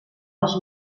els